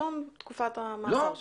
בתום תקופת המאסר שלו.